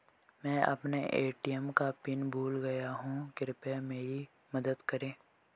मैं अपना ए.टी.एम का पिन भूल गया हूं, कृपया मेरी मदद करें